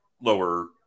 lower